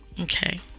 Okay